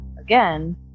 again